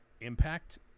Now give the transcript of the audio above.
Impact